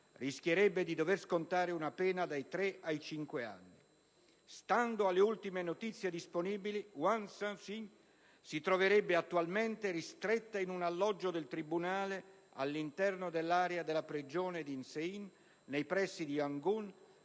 rischierebbe di dover scontare una pena dai tre ai cinque anni. Stando alle ultime notizie disponibili, Aung San Suu Kyi, si troverebbe attualmente ristretta in un alloggio del tribunale all'interno dell'area della prigione di Insein, nei pressi di Yangoon,